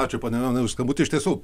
ačiū pone jonai už skambutį iš tiesų